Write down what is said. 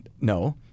No